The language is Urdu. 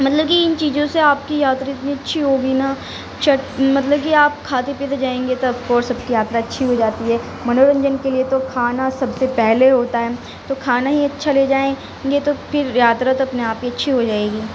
مطلب کہ ان چیزوں سے آپ کی یاترا اتنی اچّھی ہوگی نا چٹ مطلب کہ آپ کھاتے پیتے جائیں گے تو آف کورس سب کی یاترا اچّھی ہو جاتی ہے منورنجن کے لیے تو کھانا سب سے پہلے ہوتا ہے تو کھانا ہی اچھا لے جائیں یہ تو پھر یاترا تو اپنے آپ ہی اچّھی ہو جائے گی